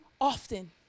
often